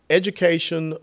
education